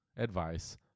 advice